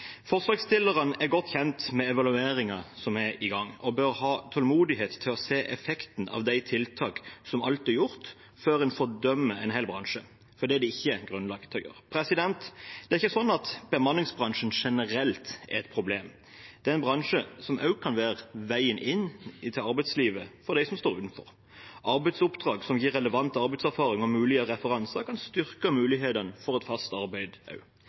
er godt kjent med evalueringen som er i gang og bør ha tålmodighet til å se effekten av de tiltakene som alt er gjort, før en fordømmer en hel bransje, for det er det ikke grunnlag for å gjøre. Det er ikke sånn at bemanningsbransjen generelt er et problem. Det er en bransje som også kan være veien inn i arbeidslivet for dem som står utenfor. Arbeidsoppdrag som gir relevant arbeidserfaring og mulige referanser, kan også styrke mulighetene for et fast arbeid.